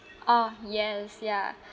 oh yes yeah